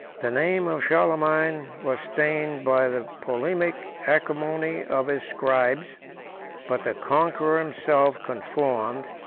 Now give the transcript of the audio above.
the name of charlemagne was stained by the polemic acrimony of his scribes but the conqueror himself conformed,